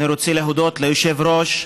אני רוצה להודות ליושב-ראש,